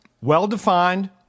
Well-defined